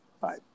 Bye